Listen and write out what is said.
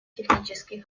технически